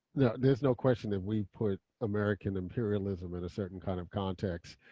there's no question that we put american imperialism in a certain kind of context,